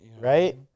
Right